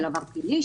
של עבר פלילי,